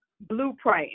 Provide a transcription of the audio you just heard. blueprint